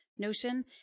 notion